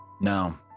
No